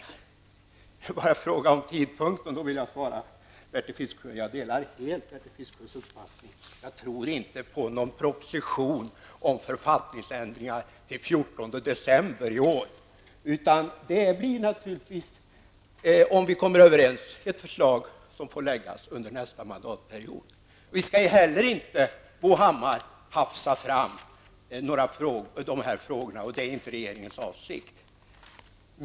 Det är bara fråga om tidpunkten, och då vill jag svara Bertil Fiskesjö att jag helt delar hans uppfattning. Jag tror inte på någon proposition om författningsändringar till den 14 december i år. Det blir naturligtvis, om vi kommer överens, ett förslag som får läggas fram under nästa mandatperiod. Vi skall inte, Bo Hammar, hafsa fram de här frågorna, och det är inte heller regeringens avsikt.